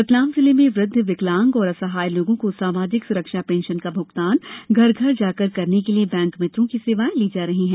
रतलाम जिले में वृद्ध विकलांग एवं असहाय लोगो को सामाजिक सुरक्षा पेंशन का भुगतान घर घर जाकर करने के लिए बैंक मित्रो की सेवायें ली जा रही हैं